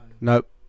nope